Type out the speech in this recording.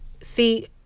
See